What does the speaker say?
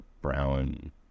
brown